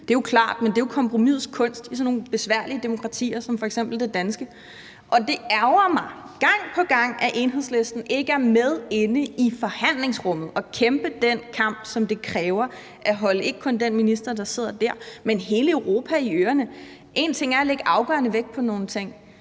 det er jo kompromisets kunst i sådan nogle besværlige demokratier som f.eks. det danske. Og det ærgrer mig gang på gang, at Enhedslisten ikke er med inde i forhandlingsrummet og kæmpe den kamp, som det kræver at holde ikke kun den minister, der sidder der, men hele Europa i ørerne. En ting er at lægge afgørende vægt på nogle ting,